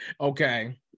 Okay